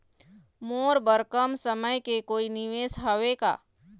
मोर बर कम समय के कोई निवेश हावे का?